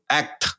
act